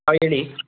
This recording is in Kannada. ಹಾಂ ಹೇಳಿ